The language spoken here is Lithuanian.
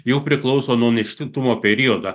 jau priklauso nuo nėštumo periodą